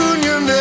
Union